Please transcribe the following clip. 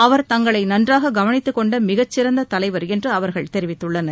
அவர் தங்களை நன்றாக கவனித்துக்கொண்ட மிகச் சிறந்த தலைவர் என்று அவர்கள் தெரிவித்துள்ளனர்